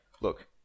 look